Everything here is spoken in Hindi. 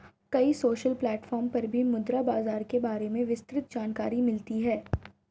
कई सोशल प्लेटफ़ॉर्म पर भी मुद्रा बाजार के बारे में विस्तृत जानकरी मिलती है